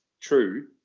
true